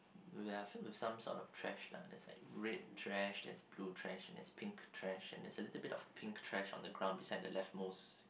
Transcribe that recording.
they are filled with some sort of trash lah there's like red trash there's blue trash and there's pink trash and there's a little bit of pink trash on the ground beside the left most